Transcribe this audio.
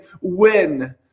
win